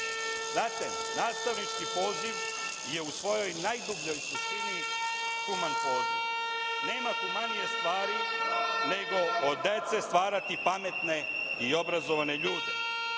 nastavnički poziv je u svojoj najdubljoj suštini human poziv. Nema humanije svari, nego od dece stvarati pametne i obrazovane ljude.